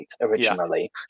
originally